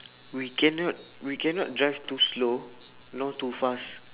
we cannot we cannot drive too slow nor too fast